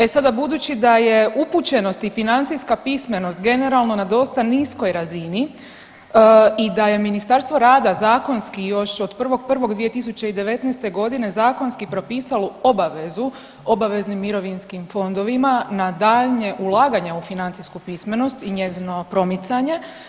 E sada budući da je upućenost i financijska pismenost generalno na dosta niskoj razini i da je Ministarstvo rada zakonski još od 1.1.2019. godine zakonski propisalo obavezu obaveznim mirovinskim fondovima na daljnje ulaganje u financijsku pismenost i njezino promicanje.